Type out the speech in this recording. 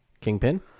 Kingpin